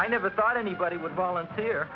i never thought anybody would volunteer